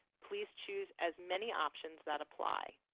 please choose as many options that apply.